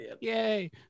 Yay